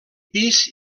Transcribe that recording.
pis